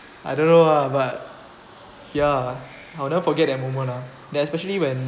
I don't know lah but ya I'll never forget that moment ah that especially when